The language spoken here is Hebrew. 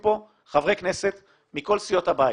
חברי כנסת מכל סיעות הבית.